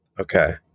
Okay